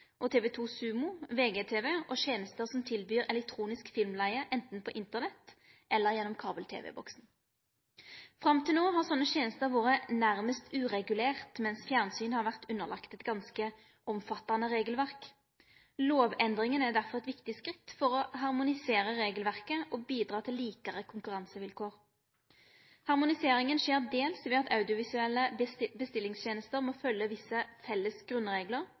Sumo, VGTV og tenester som tilbyr elektronisk filmleige, anten på Internett eller gjennom kabel-tv-boksane. Fram til no har sånne tenester nærmast vore uregulerte, mens fjernsyn har vore underlagt eit ganske omfattande regelverk. Lovendringa er derfor eit viktig skritt for å harmonisere regelverket og bidra til likare konkurransevilkår. Harmoniseringa skjer dels ved at audiovisuelle bestillingstenester må følgje visse felles grunnreglar